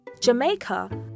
Jamaica